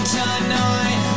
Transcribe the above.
tonight